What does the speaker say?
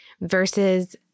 versus